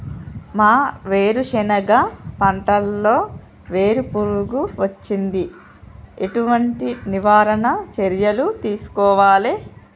మా వేరుశెనగ పంటలలో వేరు పురుగు వచ్చింది? ఎటువంటి నివారణ చర్యలు తీసుకోవాలే?